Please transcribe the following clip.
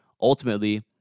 ultimately